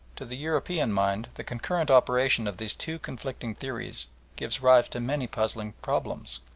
to the european mind the concurrent operation of these two conflicting theories gives rise to many puzzling problems.